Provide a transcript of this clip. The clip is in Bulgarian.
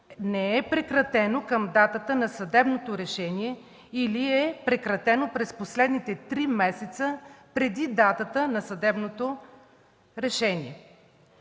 не е прекратено към датата на съдебното решение или е прекратено през последните три месеца преди датата на съдебното решение.